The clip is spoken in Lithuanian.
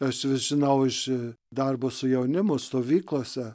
aš žinau iš darbo su jaunimu stovyklose